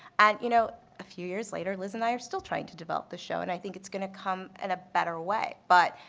and you know a few years later, liz and i are still trying to develop the show. and i think it is going to come in and a better way. but,